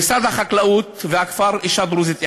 במשרד החקלאות ופיתוח הכפר, אישה דרוזית אחת,